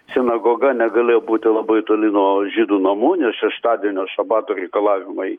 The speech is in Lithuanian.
sinagoga negalėjo būti labai toli nuo žydų namų nes šeštadienio šabato reikalavimai